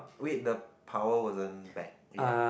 wait the power wasn't back yet